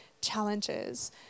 challenges